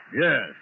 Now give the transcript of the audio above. Yes